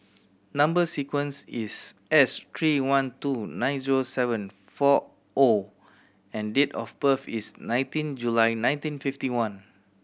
number sequence is S three one two nine zero seven four O and date of birth is nineteen July nineteen fifty one